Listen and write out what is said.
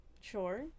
Sure